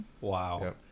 Wow